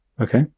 Okay